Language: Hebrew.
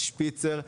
שפיצר.